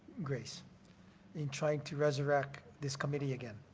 grace in trying to resurrect this committee again.